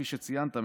כפי שציינת,